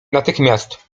natychmiast